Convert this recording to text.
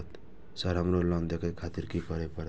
Sir हमरो loan देखें खातिर की करें परतें?